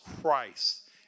Christ